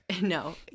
no